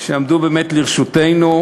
שעמדו באמת לרשותנו.